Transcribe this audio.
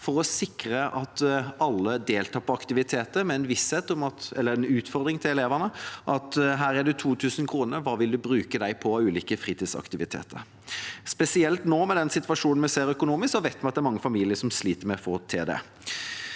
for å sikre at alle deltar på aktiviteter, ved å gi elevene en utfordring: Her har du 2 000 kr – hva vil du bruke dem på av ulike fritidsaktiviteter? Spesielt med den situasjonen vi nå ser økonomisk, vet vi at det er mange familier som sliter med få til